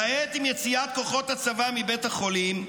כעת, עם יציאת כוחות הצבא מבית החולים,